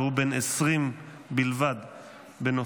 והוא בן 20 בלבד בנופלו.